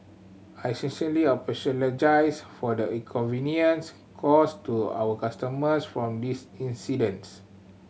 I sincerely apologise for the inconvenience caused to our customers from this incidents